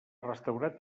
restaurat